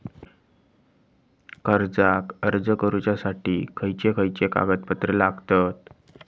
कर्जाक अर्ज करुच्यासाठी खयचे खयचे कागदपत्र लागतत